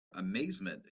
amazement